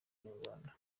inyarwanda